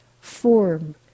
form